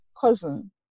cousin